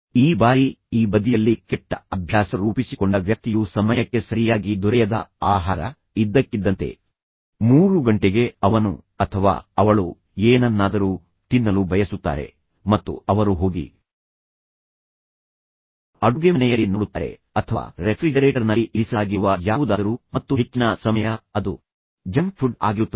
ಈ ಬಾರಿ ಈ ಬದಿಯಲ್ಲಿ ಕೆಟ್ಟ ಅಭ್ಯಾಸ ರೂಪಿಸಿಕೊಂಡ ವ್ಯಕ್ತಿಯು ಸಮಯಕ್ಕೆ ಸರಿಯಾಗಿ ದೊರೆಯದ ಆಹಾರ ಇದ್ದಕ್ಕಿದ್ದಂತೆ ಮೂರು ಗಂಟೆಗೆ ಅವನು ಅಥವಾ ಅವಳು ಏನನ್ನಾದರೂ ತಿನ್ನಲು ಬಯಸುತ್ತಾರೆ ಮತ್ತು ಅವರು ಹೋಗಿ ಅಡುಗೆಮನೆಯಲ್ಲಿ ನೋಡುತ್ತಾರೆ ಅಥವಾ ರೆಫ್ರಿಜರೇಟರ್ನಲ್ಲಿ ಇರಿಸಲಾಗಿರುವ ಯಾವುದಾದರೂ ಮತ್ತು ಹೆಚ್ಚಿನ ಸಮಯ ಅದು ಜಂಕ್ ಫುಡ್ ಆಗಿರುತ್ತದೆ